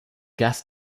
gas